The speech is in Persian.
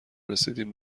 رسیدیم